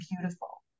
beautiful